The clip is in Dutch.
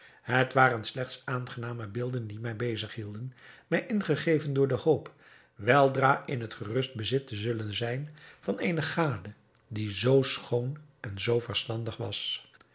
het waren slechts aangename beelden die mij bezig hielden mij ingegeven door de hoop weldra in het gerust bezit te zullen zijn van eene gade die zoo schoon en zoo verstandig was